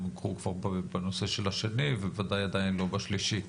הוכרו כבר בנושא של השני וודאי עדיין לא בשלישי.